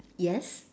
yes